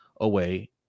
away